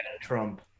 Trump